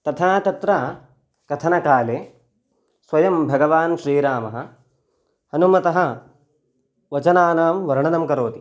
तथा तत्र कथनकाले स्वयं भगवान् श्रीरामः हनुमतः वचनानां वर्णनं करोति